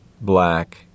black